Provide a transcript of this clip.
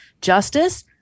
Justice